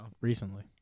Recently